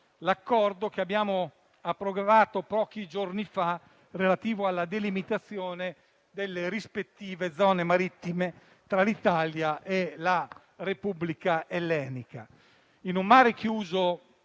l'accordo che abbiamo approvato pochi giorni fa relativo alla delimitazione delle rispettive zone marittime tra l'Italia e la Repubblica ellenica. In un mare chiuso